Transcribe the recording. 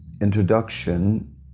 introduction